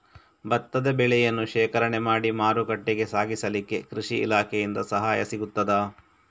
ಭತ್ತದ ಬೆಳೆಯನ್ನು ಶೇಖರಣೆ ಮಾಡಿ ಮಾರುಕಟ್ಟೆಗೆ ಸಾಗಿಸಲಿಕ್ಕೆ ಕೃಷಿ ಇಲಾಖೆಯಿಂದ ಸಹಾಯ ಸಿಗುತ್ತದಾ?